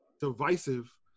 divisive